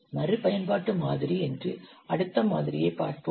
மறுபயன்பாட்டு மாதிரி என்று அடுத்த மாதிரியைப் பார்ப்போம்